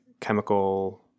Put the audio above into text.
chemical